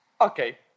okay